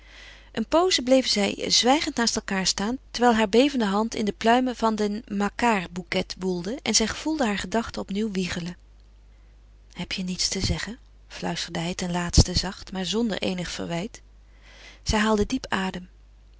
een pooze bleven zij zwijgend naast elkaâr staan terwijl haar bevende hand in de pluimen van den makart bouquet woelde en zij gevoelde haar gedachten opnieuw wiegelen heb je niets te zeggen fluisterde hij ten laatste zacht maar zonder eenig verwijt zij haalde diep adem